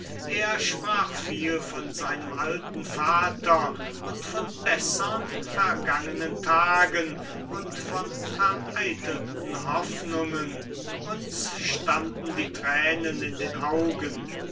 er sprach viel von seinem alten vater und von bessern vergangenen tagen und von vereitelten hoffnungen uns standen die thränen in den augen